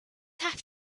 have